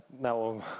Now